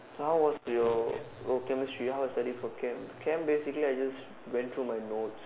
so how was your oh chemistry how I study for Chem Chem basically I just went through my notes